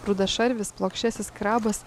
rudašarvis plokščiasis krabas